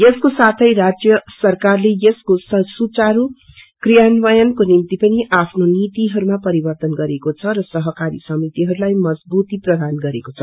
यसको साथे राज्य सरकारले यसको सुचारू क्रियान्वयनको निम्ति पनि आफ्नो नीतिहरूमा परिवर्तन गरेको छर सहकारी समितिहरूलाई मजवूती प्रदान गरेको छ